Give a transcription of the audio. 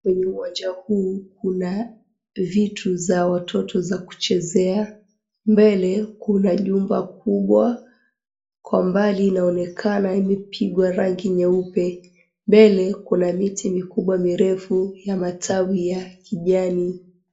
Kwenye uwanja huu, kuna vitu za watoto za kuchezea. Mbele kuna jumba kubwa, kwa mbali inaonekana imepigwa rangi nyeupe. Mbele kuna miti mikubwa mirefu ya matawi ya kijani.